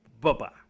Bye-bye